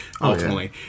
ultimately